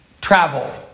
Travel